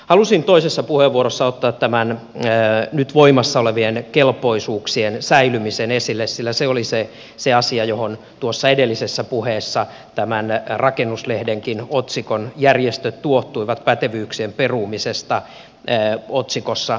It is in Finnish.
halusin toisessa puheenvuorossa ottaa tämän nyt voimassa olevien kelpoisuuksien säilymisen esille sillä se oli se asia johon tuossa edellisessä puheessa rakennuslehdenkin otsikossa oli järjestöt tuohtuivat pätevyyksien perumisista viitattiin